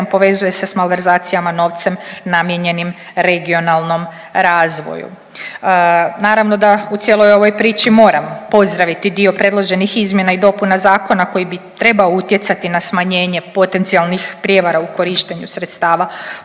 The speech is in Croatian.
povezuje se malverzacijama novcem namijenjenim regionalnom razvoju. Naravno da u cijeloj ovoj priči moram pozdraviti dio predloženih izmjena i dopuna zakona koji bi trebao utjecati na smanjenje potencijalnih prijevara u korištenju sredstava